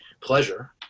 pleasure